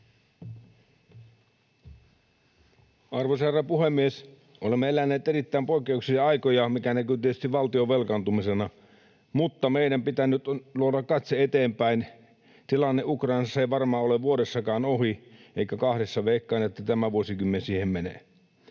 Arvoisa herra puhemies! Olemme eläneet erittäin poikkeuksellisia aikoja, mikä näkyy tietysti valtion velkaantumisena, mutta meidän pitää nyt luoda katse eteenpäin. Tilanne Ukrainassa ei varmaan ole vuodessakaan ohi, eikä kahdessa — veikkaan, että tämä vuosikymmen siihen menee.